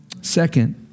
Second